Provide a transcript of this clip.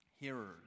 hearers